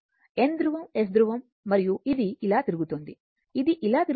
N ధృవం S ధృవం మరియు ఇది ఇలా తిరుగుతోంది ఇది ఇలా తిరుగుతోంది